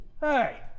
Hey